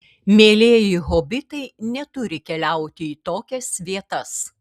mielieji hobitai neturi keliauti į tokias vietas